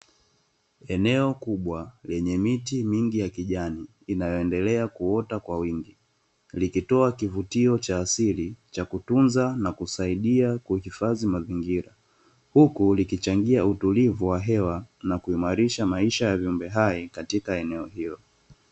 Eneo kubwa, lenye miti mingi ya kijani inayoendelea kuota kwa wingi, likitoa kivutio cha asili cha kutunza na kusaidia kutunza mazingira, huku likichangia utulivu wa hewa na kuimarisha maisha ya viumbe hai katika eneo hilo.